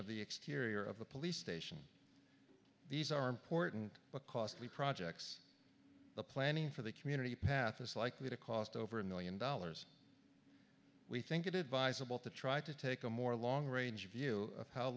of the exterior of the police station these are important but costly projects the planning for the community path is likely to cost over a million dollars we think it advisable to try to take a more long range view of h